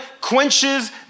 quenches